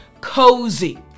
cozy